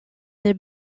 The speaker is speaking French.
les